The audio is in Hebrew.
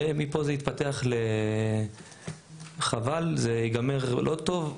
ומפה זה התפתח ל"חבל, זה יגמר לא טוב".